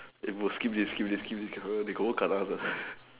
eh bro skip this skip this skip this kena they confirm kena this one